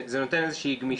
זה נותן איזושהי גמישות.